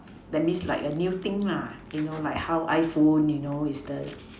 that means like a new thing lah you know like how iPhone you know is the